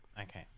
okay